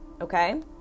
okay